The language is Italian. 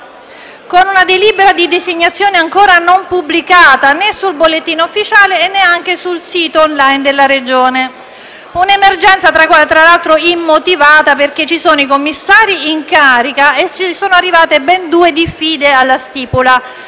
con una delibera di designazione ancora non pubblicata, né nel bollettino ufficiale e neanche sul sito *on line* della Regione. Tale emergenza è tra l'altro immotivata, perché ci sono i commissari in carica e sono arrivate ben due diffide alla stipula.